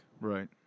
Right